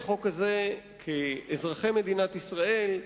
כאזרחי מדינת ישראל,